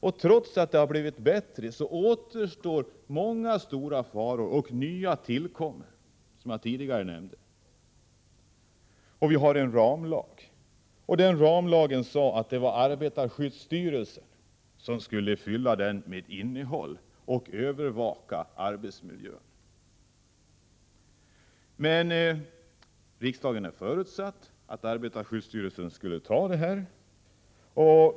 Även om förhållandena har blivit bättre återstår dock många stora faror och som jag tidigare nämnde tillkommer nya. Riksdagens beslut innebar att arbetarskyddsstyrelsen skulle övervaka arbetsmiljön och ge ramlagen ett innehåll.